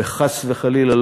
וחס וחלילה,